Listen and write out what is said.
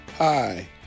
Hi